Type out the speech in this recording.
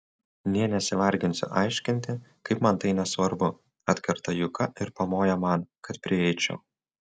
nė nesivarginsiu aiškinti kaip man tai nesvarbu atkerta juka ir pamoja man kad prieičiau